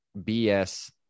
BS